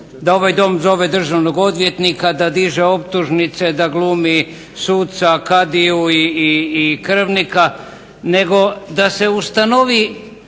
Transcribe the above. da ovaj Dom zove državnog odvjetnika da diže optužnice, da glumi suca, kadiju i krvnika nego da se ustanovi